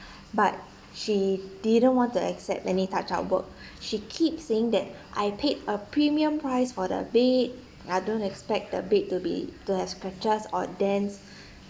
but she didn't want to accept any touch up work she keep saying that I paid a premium price for the bed I don't expect the bed to be to have scratches or dents